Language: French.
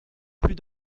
plus